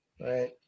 right